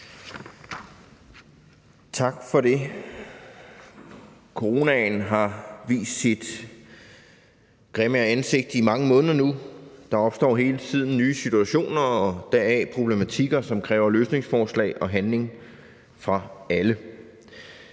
Tak for det. Coronaen har vist sit grimme ansigt i mange måneder nu – der opstår hele tiden nye situationer og deraf problematikker, som kræver løsningsforslag og handling fra alle.